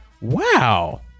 Wow